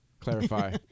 Clarify